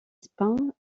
spin